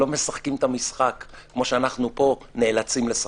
לא משחקים את המשחק כמו שאנחנו פה נאלצים לשחק.